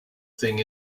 thing